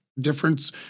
difference